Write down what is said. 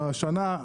בשנה,